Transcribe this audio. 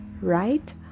right